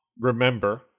remember